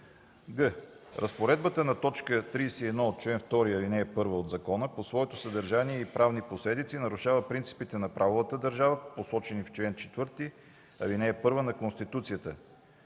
г) Разпоредбата на т. 31 от чл. 2, ал. 1 от закона по своето съдържание и правни последици нарушава принципите на правовата държава, посочени в чл. 4, ал. 1 от Конституцията,